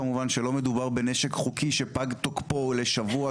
כמובן שלא מדובר בנשק חוקי שפג תוקפו לשבוע,